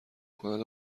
کند